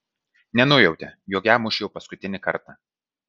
nenujautė jog ją muš jau paskutinį kartą